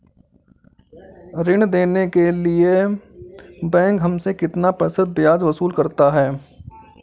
ऋण देने के लिए बैंक हमसे कितना प्रतिशत ब्याज वसूल करता है?